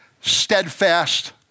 steadfast